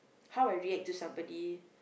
how I react to somebody